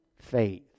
faith